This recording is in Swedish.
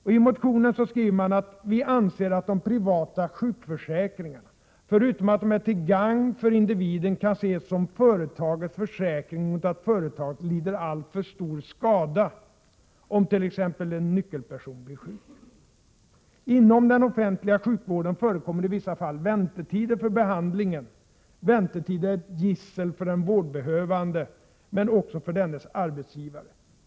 I motionen skriver man: ”Vi anser att de privata sjukförsäkringarna, förutom att de är till gagn för individen, kan ses som företagets försäkring mot att företaget lider alltför stor skada om t.ex. en nyckelperson blir sjuk. Inom den offentliga sjukvården förekommer i vissa fall väntetider för behandlingen. Väntetider 15 na är ett gissel för den vårdbehövande, men också för dennes arbetsgivare.